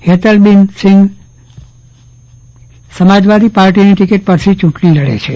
હેતલબેન સિંઘ સમાજવાદી પાર્ટીની ટિકીટ પરથી ચૂટણી લડે છે